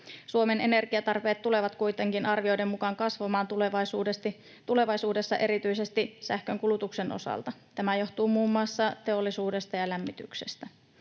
Suomen energiatarpeet tulevat kuitenkin arvioiden mukaan kasvamaan tulevaisuudessa erityisesti sähkönkulutuksen osalta. Tämä johtuu muun muassa teollisuudesta ja lämmityksestä.